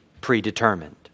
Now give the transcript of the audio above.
predetermined